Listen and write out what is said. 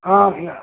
हाँ भैया